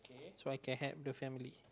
so I can help the family